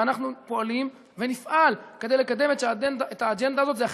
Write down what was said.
ואנחנו פועלים ונפעל כדי לקדם את האג'נדה הזאת.